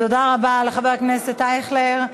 תודה רבה לחבר הכנסת אייכלר.